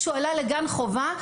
כשהוא עלה לגן חובה,